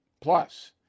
Plus